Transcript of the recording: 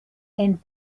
and